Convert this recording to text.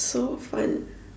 so fun